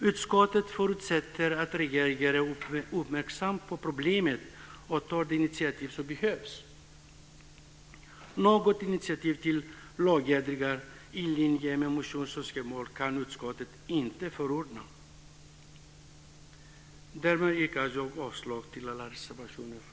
Utskottet förutsätter att regeringen är uppmärksam på problemet och tar de initiativ som behövs. Något initiativ till lagändringar i linje med motionsönskemålen kan utskottet inte förorda. Fru talman! Därmed yrkar jag avslag på alla reservationer.